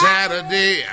Saturday